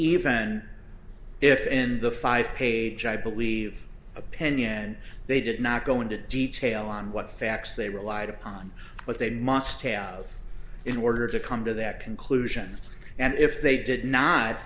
even if in the five page i believe opinion they did not go into detail on what facts they relied upon but they must stay on both in order to come to that conclusion and if they did not